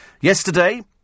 Yesterday